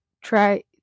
try